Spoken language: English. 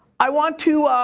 i want to,